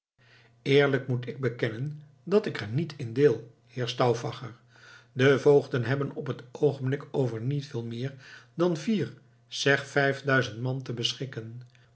eerlijk moet ik bekennen dat ik er niet in deel heer stauffacher de voogden hebben op het oogenblik over niet veel meer dan vierzeg vijfduizend man te beschikken